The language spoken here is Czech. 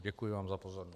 Děkuji vám za pozornost.